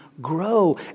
grow